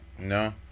No